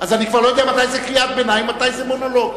ואני כבר לא יודע מתי זאת קריאת ביניים ומתי זה מונולוג.